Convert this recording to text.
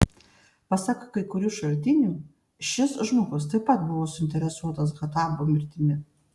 pasak kai kurių šaltinių šis žmogus taip pat buvo suinteresuotas khattabo mirtimi